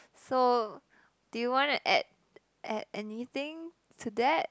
so do you wanna add add anything to that